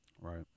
Right